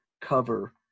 cover